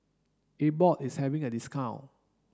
abbott is having a discount